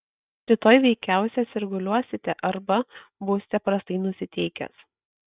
rytoj veikiausiai sirguliuosite arba būsite prastai nusiteikęs